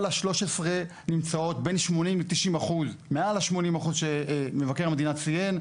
כל ה-13 נמצאות בין 80-90%. מעל ה-80% שמבקר המדינה ציין.